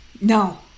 No